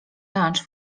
lunch